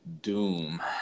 Doom